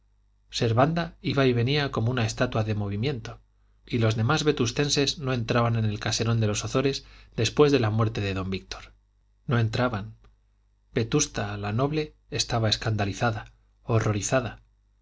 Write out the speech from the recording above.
hablar servanda iba y venía como una estatua de movimiento y los demás vetustenses no entraban en el caserón de los ozores después de la muerte de don víctor no entraban vetusta la noble estaba escandalizada horrorizada